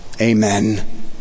Amen